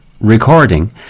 recording